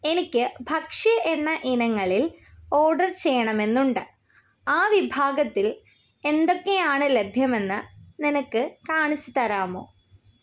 എനിക്ക് ഭക്ഷ്യ എണ്ണ ഇനങ്ങളിൽ ഓർഡർ ചെയ്യണമെന്നുണ്ട് ആ വിഭാഗത്തിൽ എന്തൊക്കെയാണ് ലഭ്യമെന്ന് നിനക്ക് കാണിച്ചു തരാമോ